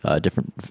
different